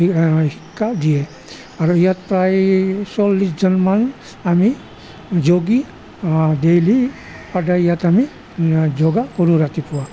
শিক্ষা দিয়ে আৰু ইয়াত প্ৰায় চল্লিছজনমান আমি যোগী দেইলি সদায় ইয়াত আমি যোগা কৰোঁ ৰাতিপুৱা